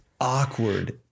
awkward